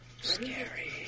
Scary